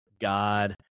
God